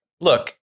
look